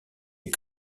est